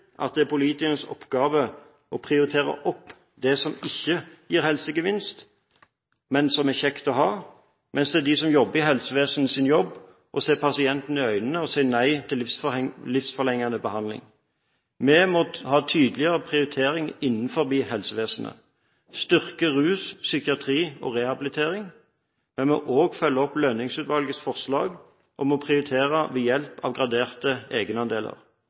at det er politikernes oppgave å prioritere opp det som ikke gir helsegevinst, men som er kjekt å ha, mens det er jobben til dem som jobber i helsevesenet, å se pasienten i øynene og si nei til livsforlengende behandling. Vi må ha tydeligere prioritering innenfor helsevesenet. Vi må styrke rusomsorgen, psykiatri og rehabilitering. Men vi må også følge opp Lønning-utvalgets forslag om å prioritere ved hjelp av graderte egenandeler.